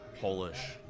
polish